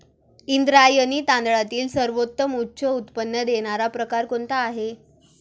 इंद्रायणी तांदळातील सर्वोत्तम उच्च उत्पन्न देणारा प्रकार कोणता आहे?